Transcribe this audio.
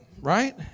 right